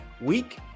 week